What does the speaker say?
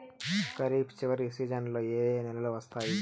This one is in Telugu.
ఖరీఫ్ చివరి సీజన్లలో ఏ ఏ నెలలు వస్తాయి